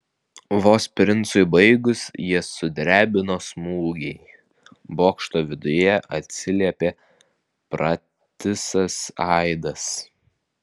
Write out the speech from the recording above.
vos princui baigus jas sudrebino smūgiai bokšto viduje atsiliepė pratisas aidas